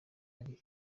ari